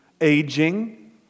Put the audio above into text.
Aging